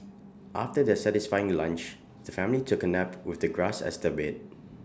after their satisfying lunch the family took A nap with the grass as their bed